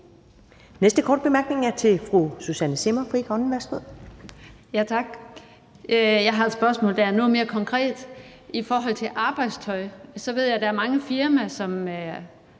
næste korte bemærkning er til fru Susanne Zimmer, Frie Grønne. Værsgo. Kl. 15:12 Susanne Zimmer (FG): Tak. Jeg har et spørgsmål, der er noget mere konkret. I forhold til arbejdstøj ved jeg er der mange firmaer, som